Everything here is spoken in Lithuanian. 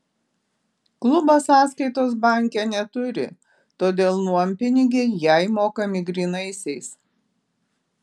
klubas sąskaitos banke neturi todėl nuompinigiai jai mokami grynaisiais